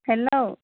hello